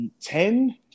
Ten